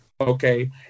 Okay